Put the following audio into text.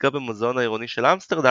הוצגה במוזיאון העירוני של אמסטרדם,